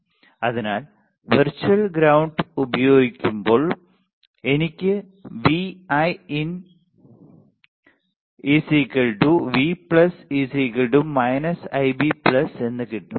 അതിനാൽ virtual ground പ്രയോഗിക്കുമ്പോൾ എനിക്ക് Vin V Ib എന്നും കിട്ടും